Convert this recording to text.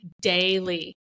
daily